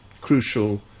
crucial